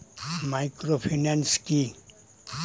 Microfinance কি?